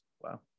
Wow